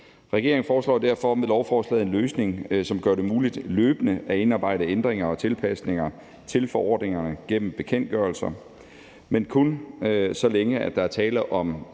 Regeringen foreslår derfor med lovforslaget en løsning, som gør det muligt løbende at indarbejde ændringer og tilpasninger til forordningerne gennem bekendtgørelser, men kun så længe der er tale om